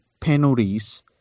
penalties